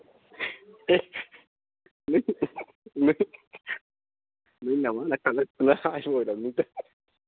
ꯑꯣꯏꯔꯝꯅꯤꯗ